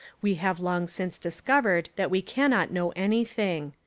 we have long since discovered that we cannot know anything.